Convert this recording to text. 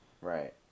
Right